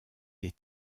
des